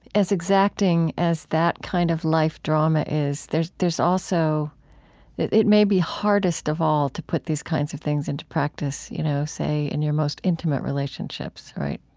as exacting as that kind of life drama is, there's there's also it may be hardest of all to put these kinds of things into practice, you know say, in your most intimate relationships, right?